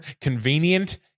Convenient